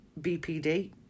BPD